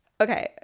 Okay